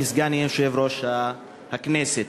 כסגן יושב-ראש הכנסת.